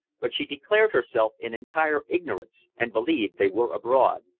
but she declared herself in entire ignorance, and believed they were abroad.